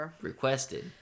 requested